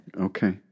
Okay